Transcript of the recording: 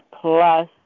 plus